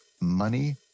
Money